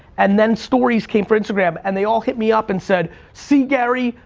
and then stories came for instagram, and they all hit me up and said, see gary?